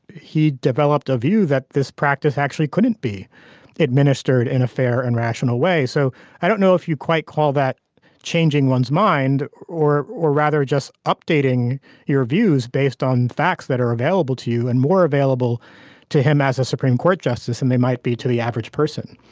he developed a view that this practice actually couldn't be administered in a fair and rational way. so i don't know if you quite call that changing one's mind or or rather just updating your views based on facts that are available to you and more available to him as a supreme court justice and they might be to the average person.